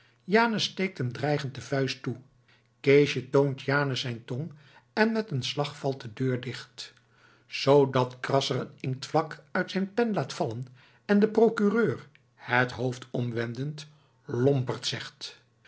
janus steekt hem dreigend de vuist toe keesje toont janus zijn tong en met een slag valt de deur dicht zoodat krasser een inktvlak uit zijn pen laat vallen en de procureur het hoofd omwendend lomperd zegt